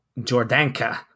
Jordanka